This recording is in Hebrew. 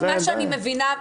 מה שאני מבינה,